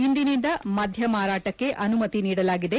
ಇಂದಿನಿಂದ ಮದ್ಯ ಮಾರಾಟಕ್ಕೆ ಅನುಮತಿ ನೀಡಲಾಗಿದೆ